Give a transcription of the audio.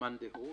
מאן דהוא.